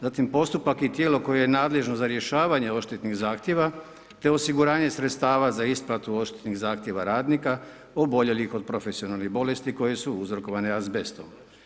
Zatim postupak i tijelo koje je nadležno za rješavanje odštetnih zahtjeva te osiguranje sredstava za isplatu odštetnih zahtjeva radnika oboljelih od profesionalnih bolesti koje su uzrokovane azbestom.